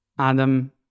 Adam